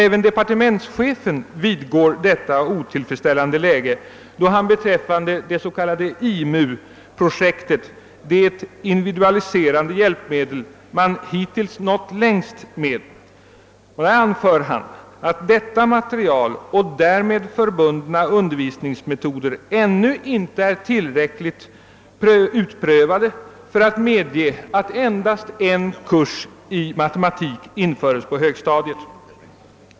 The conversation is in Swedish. Även departementschefen vidgår detta otillfredsställande läge då han beträffande det s.k. IMU-projektet — det individualiserande hjälpmedel man hittills nått längst med — anför att detta material och därmed förbundna undervisningmetoder ännu inte är tillräckligt utprövade för att medge att endast en kurs i matematik införes på högstadiet.